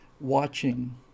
watching